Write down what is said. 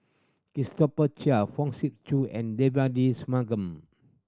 Christopher Chia Fong Sip Chee and Devagi Sanmugam